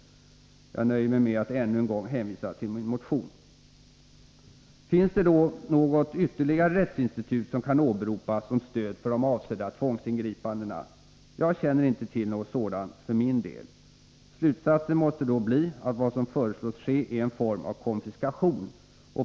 Jag nöjer mig med att ännu en gång hänvisa till min motion. Finns det något ytterligare rättsinstitut som kan åberopas som stöd för de avsedda tvångsingripandena? Jag känner inte till något sådant för min del. Slutsatsen måste då bli att vad som föreslås ske är en form av konfiskation.